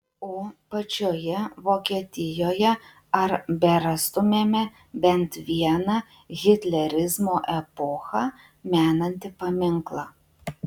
o pačioje vokietijoje ar berastumėme bent vieną hitlerizmo epochą menantį paminklą